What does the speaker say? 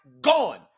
gone